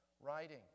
writing